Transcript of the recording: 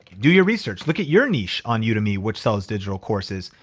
do your research. look at your niche on udemy, which sells digital courses.